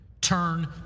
turn